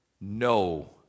No